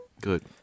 Good